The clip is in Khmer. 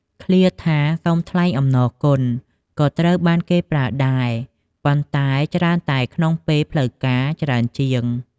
ឃ្លាថា "សូមថ្លែងអំណរគុណ" ក៏ត្រូវបានគេប្រើដែរ ប៉ុន្តែច្រើនតែក្នុងពេលផ្លូវការច្រើនជាង។